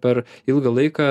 per ilgą laiką